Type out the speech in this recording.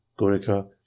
Gorica